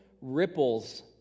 ripples